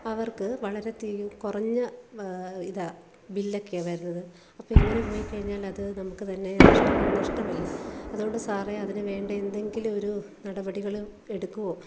അവർക്ക് വളരെ തീരെ കുറഞ്ഞ ഇതാ ബില്ലൊക്കെയാണ് വരുന്നത് അപ്പോൾ ഇങ്ങനെ പോയിക്കഴിഞ്ഞാൽ അത് നമുക്ക് തന്നെ നഷ്ടപ്പെ നഷ്ടമല്ലേ അതുകൊണ്ട് സാറെ അതിനു വേണ്ട എന്തെങ്കിലും ഒരു നടപടികൾ എടുക്കുവോ